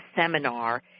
seminar